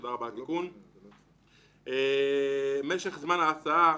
דיברתם לגבי משך זמן הנסיעה,